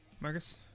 Marcus